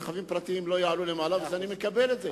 רכבים פרטיים לא יעלו למעלה, ואני מקבל את זה.